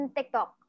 TikTok